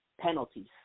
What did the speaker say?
penalties